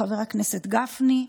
מחבר הכנסת גפני,